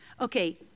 okay